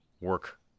work